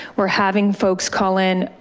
we're having folks call in,